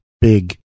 big